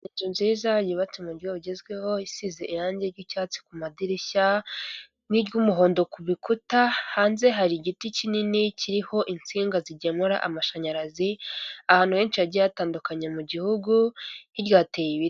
Inzu nziza yubatse umujyi ugezweho isize irangi ry'icyatsi ku madirishya n'iry'umuhondo ku bikuta hanze hari igiti kinini kiriho insinga zigemura amashanyarazi ahantu henshi hagiye hatandukanye mu gihugu hirya hateye ibiti.